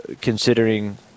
considering